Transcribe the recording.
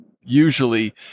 usually